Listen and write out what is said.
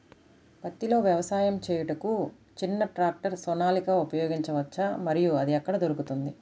పత్తిలో వ్యవసాయము చేయుటకు చిన్న ట్రాక్టర్ సోనాలిక ఉపయోగించవచ్చా మరియు అది ఎక్కడ దొరుకుతుంది?